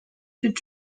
should